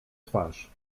twarz